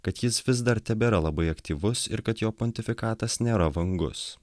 kad jis vis dar tebėra labai aktyvus ir kad jo pontifikatas nėra vangus